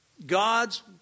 God's